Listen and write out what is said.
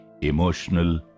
emotional